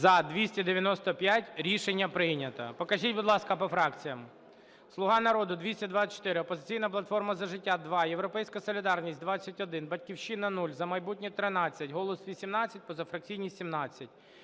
За-295 Рішення прийнято. Покажіть, будь ласка, по фракціям. "Слуга народу" – 224, "Опозиційна платформа – За життя" – 2, "Європейська солідарність" – 21, "Батьківщина" – 0, "За майбутнє" – 13, "Голос" – 18, позафракційні – 17.